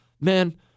Man